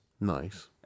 Nice